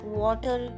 water